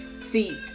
See